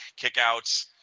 kickouts